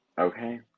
Okay